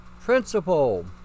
principle